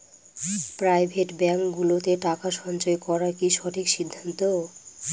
Private ব্যাঙ্কগুলোতে টাকা সঞ্চয় করা কি সঠিক সিদ্ধান্ত?